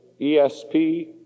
ESP